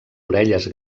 orelles